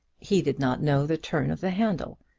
he did not know the turn of the handle,